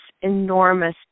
enormous